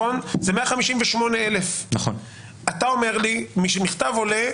זה 158,000. אתה אומר לי: מה שמכתב עולה,